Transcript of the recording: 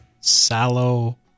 Sallow